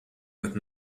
with